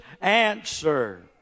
answer